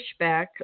pushback